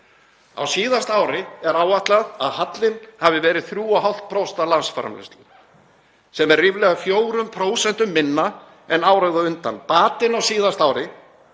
Á síðasta ári er áætlað að hallinn hafi verið 3,5% af landsframleiðslu sem er ríflega 4% minna en árið á undan. Batinn á síðasta ári